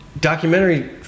Documentary